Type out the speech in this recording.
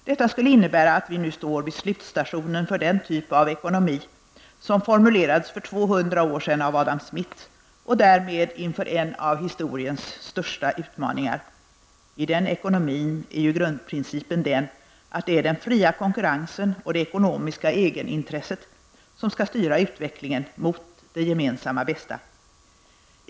Detta skulle innebära att vi nu står vid slutstationen för den typ av ekonomi som formulerades för 200 år sedan av Adam Smith och därmed inför en av historiens största utmaningar. I den ekonomin är ju grundprincipen den att det är den fria konkurrensen och det ekonomiska egenintresset som skall styra utvecklingen mot det gemensamma bästa.